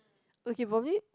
okay probably